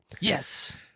Yes